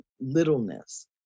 littleness